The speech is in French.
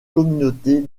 communautés